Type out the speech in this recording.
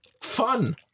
fun